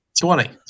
twenty